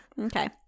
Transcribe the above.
Okay